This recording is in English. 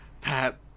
Pat